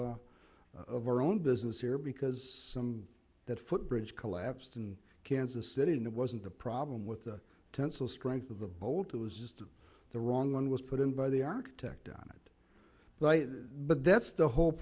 of of our own business here because some that footbridge collapsed in kansas city and it wasn't a problem with the tensile strength of the bolt it was just the wrong one was put in by the architect on it but that's the whole